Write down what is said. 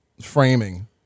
framing